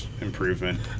improvement